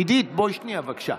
עידית, בואי שנייה בבקשה.